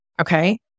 Okay